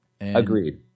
Agreed